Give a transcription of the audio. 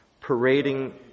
parading